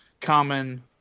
common